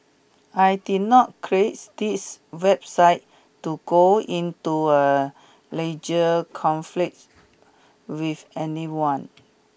I did not creates this website to go into a legal conflict with anyone